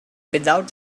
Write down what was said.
without